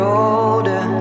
older